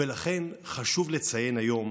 ולכן חשוב לציין היום